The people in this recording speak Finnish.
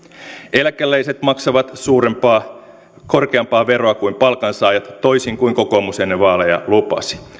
eläkeläiset maksavat korkeampaa veroa kuin palkansaajat toisin kuin kokoomus ennen vaaleja lupasi